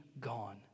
gone